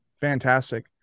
Fantastic